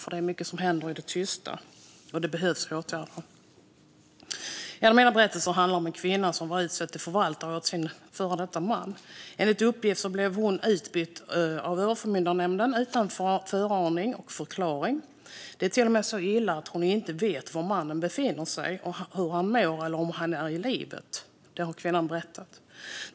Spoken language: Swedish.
Det är ju mycket som händer i det tysta, och det behövs åtgärder. En av mina berättelser handlar om en kvinna som var utsedd till förvaltare åt sin före detta man. Enligt uppgift blev hon utbytt av överförmyndarnämnden utan förvarning eller förklaring. Det är till och med så illa att hon inte vet var mannen befinner sig, hur han mår eller om han är i livet. Det har kvinnan berättat.